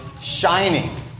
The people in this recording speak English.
shining